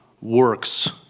works